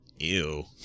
Ew